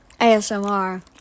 ASMR